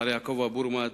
מר יעקב אבורמד,